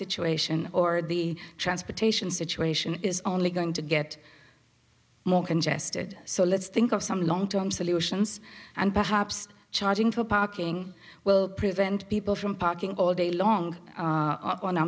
situation or the transportation situation is only going to get more congested so let's think of some long term solutions and perhaps charging for parking will prevent people from parking all day long